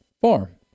Farm